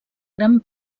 gran